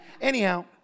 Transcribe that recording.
Anyhow